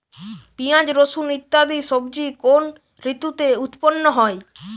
পিঁয়াজ রসুন ইত্যাদি সবজি কোন ঋতুতে উৎপন্ন হয়?